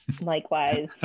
Likewise